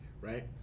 right